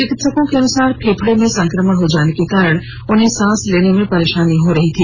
चिकित्सकों के अनुसार फेफडे में संक्रमण हो जाने के कारण उन्हें सांस लेने में परेशानी हो रही है